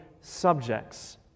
subjects